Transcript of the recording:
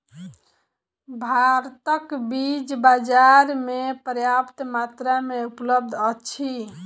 भारतक बीज बाजार में पर्याप्त मात्रा में उपलब्ध अछि